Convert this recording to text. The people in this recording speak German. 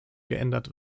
geändert